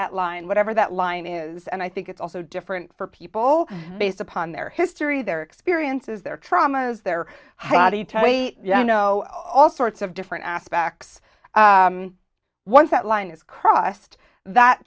that line whatever that line is and i think it's also different for people based upon their history their experiences their traumas their body tele you know all sorts of different aspects once that line is crossed that